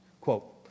quote